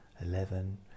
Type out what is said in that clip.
eleven